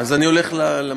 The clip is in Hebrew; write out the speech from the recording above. אז אני הולך למקום.